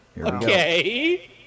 Okay